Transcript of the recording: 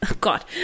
God